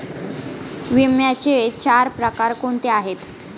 विम्याचे चार प्रकार कोणते आहेत?